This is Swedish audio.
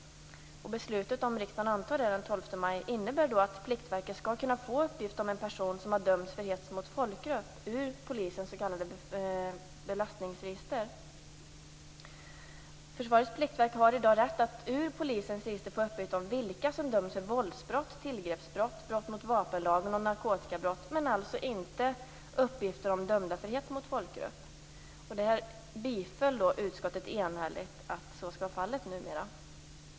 Om riksdagen beslutar om detta den 12 maj innebär det att Pliktverket skall kunna få uppgifter om en person som har dömts för hets mot folkgrupp ur polisens s.k. belastningsregister. Försvarets pliktverk har i dag rätt att ur polisens register få uppgifter om vilka som dömts för våldsbrott, tillgreppsbrott, brott mot vapenlagen och narkotikabrott. Men man har alltså inte rätt att få uppgifter om dem som dömts för hets mot folkgrupp. Utskottet biföll enhälligt att så skall vara fallet numera.